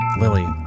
Lily